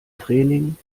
training